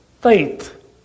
Faith